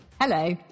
Hello